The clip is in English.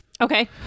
Okay